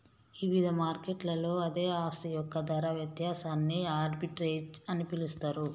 ఇవిధ మార్కెట్లలో అదే ఆస్తి యొక్క ధర వ్యత్యాసాన్ని ఆర్బిట్రేజ్ అని పిలుస్తరు